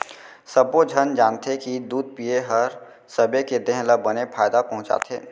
सब्बो झन जानथें कि दूद पिए हर सबे के देह ल बने फायदा पहुँचाथे